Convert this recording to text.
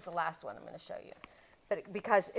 is the last one i'm going to show you that because